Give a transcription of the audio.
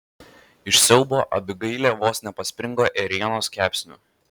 iš siaubo abigailė vos nepaspringo ėrienos kepsniu